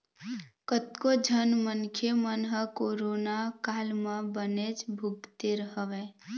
कतको झन मनखे मन ह कोरोना काल म बनेच भुगते हवय